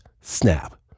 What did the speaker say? snap